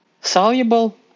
Soluble